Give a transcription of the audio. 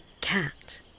cat